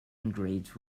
engraved